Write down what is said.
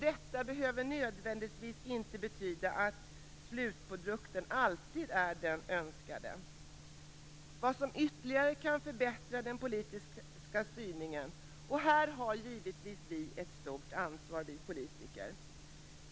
Detta behöver inte nödvändigtvis betyda att slutprodukten alltid är den önskade. Vad som ytterligare kan förbättras är den politiska styrningen. Här har givetvis vi politiker ett mycket stort ansvar.